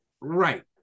Right